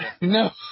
No